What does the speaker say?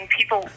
People